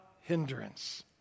hindrance